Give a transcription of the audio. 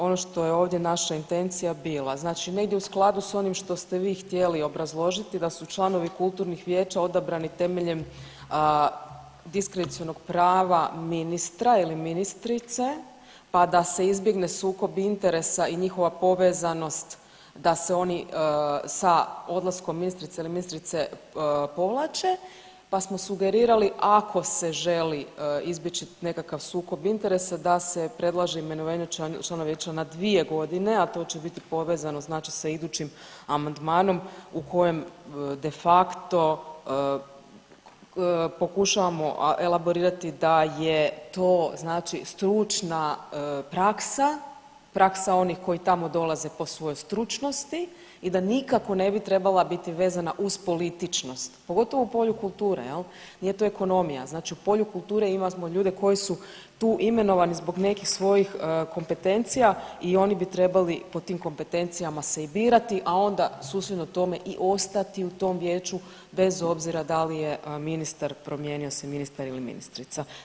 Ono što je ovdje naša intencija bila, znači negdje u skladu sa onim što ste vi htjeli obrazložiti da su članovi kulturnih vijeća odabrani temeljem diskrecionog prava ministra ili ministrice pa da se izbjegne sukob interesa i njihova povezanost da se oni sa odlaskom ministrice ili ministra povlače, pa smo sugerirali ako se želi izbjeći nekakav sukob interesa da se predlaže imenovanje članova vijeća na dvije godine, a to će biti povezano znači sa idućim amandmanom u kojem de facto pokušavamo elaborirati da je to znači stručna praksa, praksa onih koji tamo dolaze po svojoj stručnosti i da nikako ne bi trebala biti vezana uz političnost pogotovo u polju kulture jel, nije to ekonomija, znači u polju kulture imamo ljude koji su tu imenovani zbog nekih svojih kompetencija i oni bi trebali po tim kompetencijama se i birati, a onda susjedno tome i ostati u tom vijeću bez obzira da li je ministar promijenio se ministar ili ministrica.